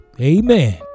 Amen